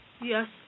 Yes